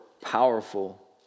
powerful